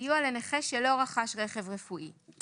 סיוע לנכה שלא רכש רכב רפואי,